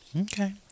Okay